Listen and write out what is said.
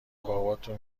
باباتو